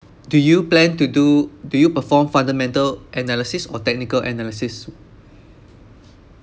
do you plan to do do you perform fundamental analysis or technical analysis